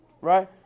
right